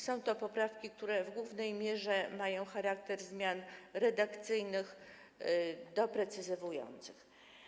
Są to poprawki, które w głównej mierze mają charakter zmian redakcyjnych i doprecyzowujących.